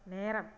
நேரம்